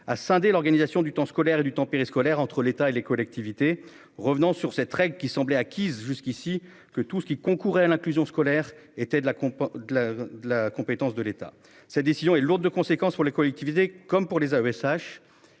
à scinder l'organisation du temps scolaire et du temps périscolaire entre l'État et les collectivités. Revenant sur cette règle qui semblait acquise jusqu'ici que tout ceux qui concourait à l'inclusion scolaire était de la compote de la, de la compétence de l'État. Cette décision est lourde de conséquences pour les collectivités comme pour les AESH.